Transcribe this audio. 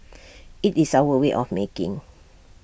IT is our way of making